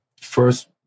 first